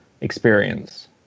experience